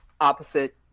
opposite